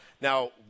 now